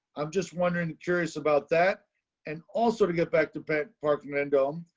i'm just wondering curious about that and also to get back to bed park men go.